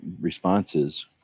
responses